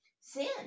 sin